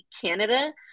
Canada